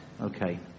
Okay